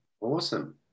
Awesome